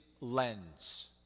lens